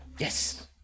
Yes